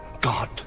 God